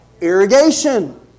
Irrigation